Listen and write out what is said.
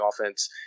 offense